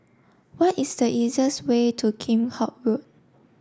what is the easiest way to Kheam Hock Road